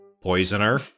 poisoner